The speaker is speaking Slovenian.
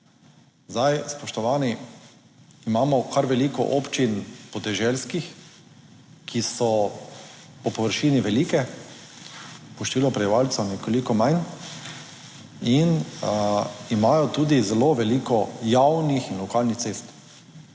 Zdaj, spoštovani, imamo kar veliko občin podeželskih, ki so po površini velike po številu prebivalcev nekoliko manj in imajo tudi zelo veliko javnih in lokalnih cest.